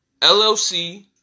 LLC